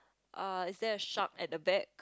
uh is there a shark at the back